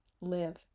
live